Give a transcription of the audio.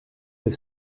des